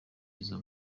izo